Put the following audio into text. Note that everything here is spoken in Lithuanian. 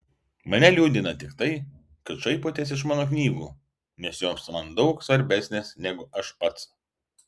mane liūdina tik tai kad šaipotės iš mano knygų nes jos man daug svarbesnės negu aš pats